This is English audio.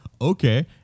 Okay